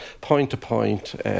point-to-point